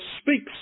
speaks